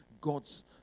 God's